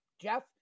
Jeff